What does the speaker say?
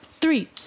three